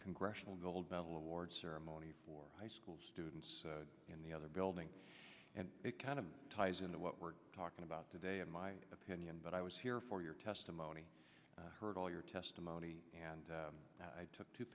congressional gold medal award ceremony for high school students in the other building and it kind of ties into what we're talking about today in my opinion but i was here for your testimony heard all your testimony and i took two